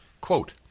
quote